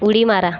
उडी मारा